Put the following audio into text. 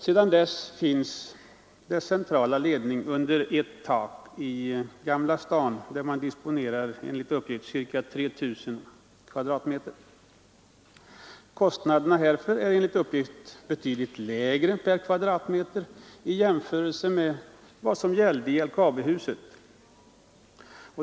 Sedan dess finns den centrala ledningen under ett tak i Gamla Stan, där man enligt uppgift disponerar ca 3 000 kvadratmeter. Kostnaden härför är enligt uppgift betydligt lägre per kvadratmeter än i LKAB-huset.